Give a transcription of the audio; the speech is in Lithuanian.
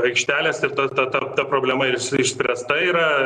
aikštelės ir tas ta ta problema visur išspręsta yra